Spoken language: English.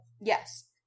Yes